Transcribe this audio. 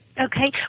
Okay